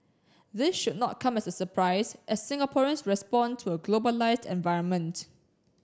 this should not come as a surprise as Singaporeans respond to a globalised environment